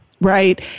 Right